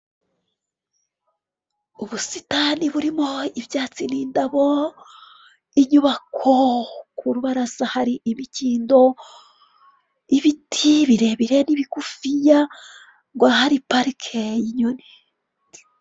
Ubusitani burimo ibyatsi n'indabo, inyubako, ku rubaraza hari ibikindo, ibiti birebire n'ibigufi ngo ahari parike y'inyoni.